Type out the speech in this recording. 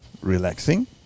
Relaxing